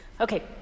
Okay